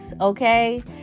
Okay